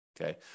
okay